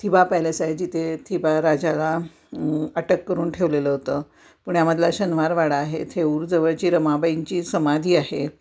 थिबा पॅलेस आहे जिथे थिबा राजाला अटक करून ठेवलेलं होतं पुण्यामधला शनिवारवाडा आहे थेऊरजवळची रमाबाईंची समाधी आहे